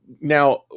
Now